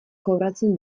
kobratzen